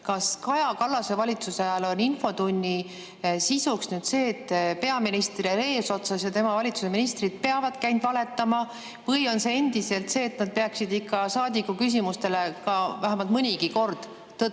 Kas Kaja Kallase valitsuse ajal on infotunni sisu see, et peaminister eesotsas oma valitsuse ministritega peavadki ainult valetama või on endiselt see, et nad peaksid ikka saadiku küsimustele [vastama ja] vähemalt mõnigi kord tõtt